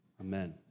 Amen